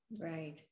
Right